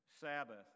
Sabbath